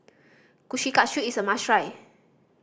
kushikatsu is a must try